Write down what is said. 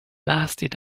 lasted